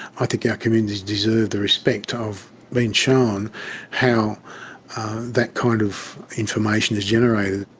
i think our communities deserve the respect of being shown how that kind of information is generated.